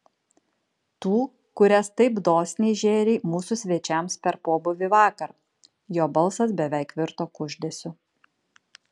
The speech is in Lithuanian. tų kurias taip dosniai žėrei mūsų svečiams per pobūvį vakar jo balsas beveik virto kuždesiu